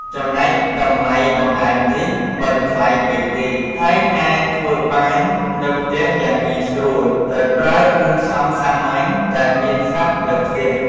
ចំណែកតម្លៃបង្អែមនេះ មិនថ្លៃពេកទេ ហើយអាចធ្វើបាននៅផ្ទះយ៉ាងងាយស្រួល ដោយប្រើគ្រឿងផ្សំសាមញ្ញដែលមានស្រាប់នៅផ្ទះ។